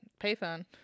payphone